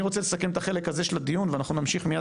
אני רוצה לסכם את החלק הזה של הדיון ואנחנו נמשיך מיד